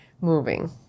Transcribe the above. moving